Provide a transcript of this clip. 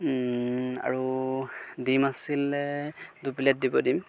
আৰু ডিম আছিলে দুই প্লেট দিব ডিম